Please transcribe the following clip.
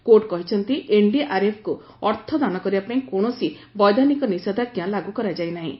court କହିଛନ୍ତି ଏନ୍ଡିଆର୍ଏଫ୍କୁ ଅର୍ଥ ଦାନ କରିବା ପାଇଁ କୌଣସି ବୈଧାନକ ନିଷେଧାଞ୍ଜା ଲାଗୁ କରାଯାଇନାହିଁ